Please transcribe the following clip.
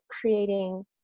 creating